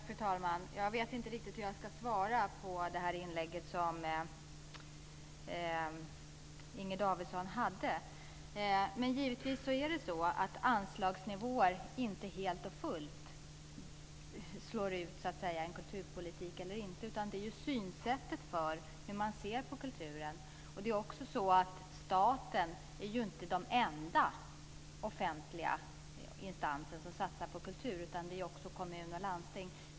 Fru talman! Jag vet inte riktigt hur jag ska svara på Inger Davidsons inlägg. Men givetvis är det inte anslagsnivån som helt och fullt avgör om en kulturpolitik slås ut eller inte. Det avgörande är hur man ser på kulturen. Sedan är ju inte staten den enda offentliga instans som satsar på kultur, utan det gör också kommuner och landsting.